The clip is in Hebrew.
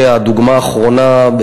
הדוגמה האחרונה,